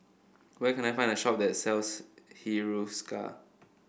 where can I find a shop that sells Hiruscar